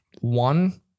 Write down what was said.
One